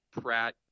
Pratt